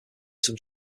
some